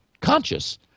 conscious